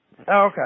Okay